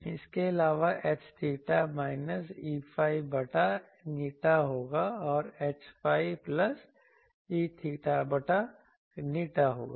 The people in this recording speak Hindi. इसके अलावा H𝚹 माइनस Eϕ बटा η होगा और Hϕ प्लस E𝚹 बटा η होगा